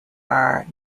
are